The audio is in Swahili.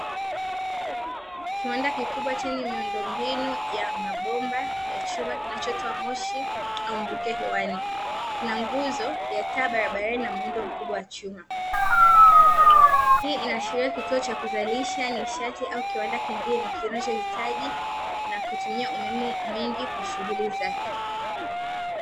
Kiwanda kikubwa chenye miundombinu ya mabomba ya chuma kinachotoa moshi au mvuke hewani na nguzo ya taa barabarani ina muundo mkubwa wa chuma, hii inaashiria kituo cha kuzalisha nishati au kiwanda kingine kinachohitaji na kutumia umeme mwingi kwa shughuli zake.